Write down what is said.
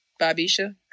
Babisha